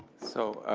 so